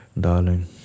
Darling